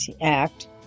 act